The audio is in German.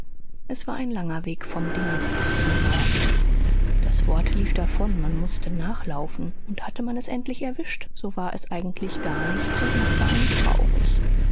es war ein langer weg vom ding bis zum wort das wort lief davon man mußte nachlaufen und hatte man es endlich erwischt so war es eigentlich gar nichts und machte einen traurig